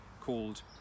called